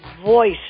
Voice